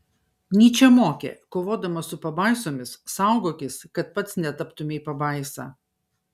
nyčė mokė kovodamas su pabaisomis saugokis kad pats netaptumei pabaisa